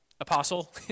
Apostle